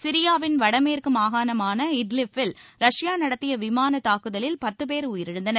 சிரியாவின் வடமேற்கு மாகாணமான இட்லிப் பில் ரஷ்யா நடத்திய விமான தாக்குதலில் பத்து பேர் உயிரிழந்தனர்